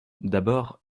d’abord